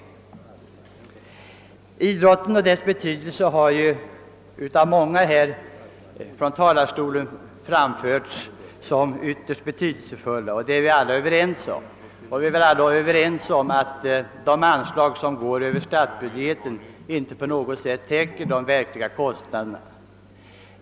Idrottens betydelse har framhållits av många talare från denna talarstol, och den är vi alla överens om liksom om att de anslag som går över statsbudgeten inte täcker de verkliga kostnaderna.